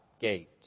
gate